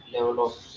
level